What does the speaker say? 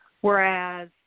Whereas